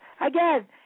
Again